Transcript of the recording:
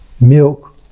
milk